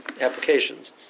applications